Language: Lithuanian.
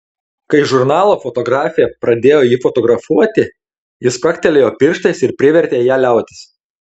kai žurnalo fotografė pradėjo jį fotografuoti jis spragtelėjo pirštais ir privertė ją liautis